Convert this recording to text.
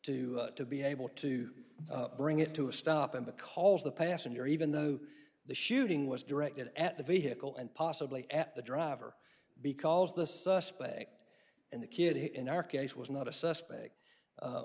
to to be able to bring it to a stop and the calls the passenger even though the shooting was directed at the vehicle and possibly at the driver because the suspect and the kid in our case was not a suspect